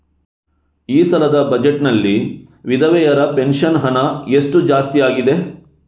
ಈ ಸಲದ ಬಜೆಟ್ ನಲ್ಲಿ ವಿಧವೆರ ಪೆನ್ಷನ್ ಹಣ ಎಷ್ಟು ಜಾಸ್ತಿ ಆಗಿದೆ?